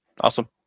Awesome